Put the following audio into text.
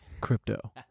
crypto